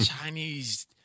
Chinese